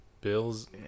Bills